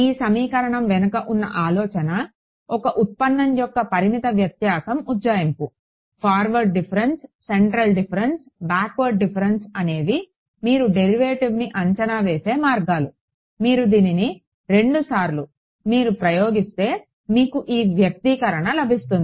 ఈ సమీకరణం వెనుక ఉన్న ఆలోచన ఒక ఉత్పన్నం యొక్క పరిమిత వ్యత్యాసం ఉజ్జాయింపు forward difference central difference backward difference అనేవి మీరు డెరివేటివ్ని అంచనా వేసే మార్గాలు మీరు దీనిని రెండు సార్లు మీరు ప్రయోగిస్తే మీకు ఈ వ్యక్తీకరణ లభిస్తుంది